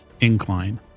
incline